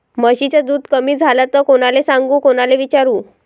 म्हशीचं दूध कमी झालं त कोनाले सांगू कोनाले विचारू?